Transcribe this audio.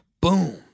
Boom